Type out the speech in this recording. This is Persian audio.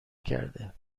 کرده